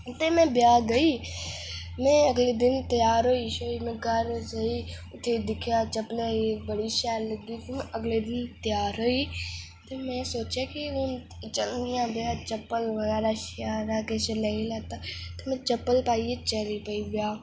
ते में ब्याह गेई में अगले दिन त्यार होई उत्थै दिक्खेआ चप्पलां बडी शैल लगा दियां में अगले दिन त्यार होई ते में सोचेआ कि हून चलनी हां ब्याह चप्पल बगैरा सारा किश लेई लेता ते में चप्पल पाइयै चली पेई ब्याह